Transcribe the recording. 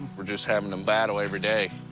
we're just having to battle every day.